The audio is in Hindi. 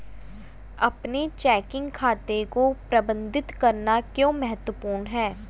अपने चेकिंग खाते को प्रबंधित करना क्यों महत्वपूर्ण है?